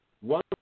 one